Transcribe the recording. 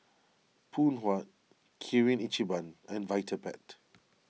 Phoon Huat Kirin Ichiban and Vitapet